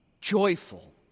joyful